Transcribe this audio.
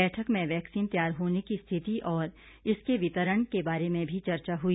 बैठक में वैक्सीजन तैयार होने की स्थिति और इसके वितरण के बारे में भी चर्चा हई